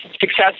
Success